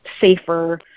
safer